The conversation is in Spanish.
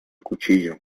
cuchillo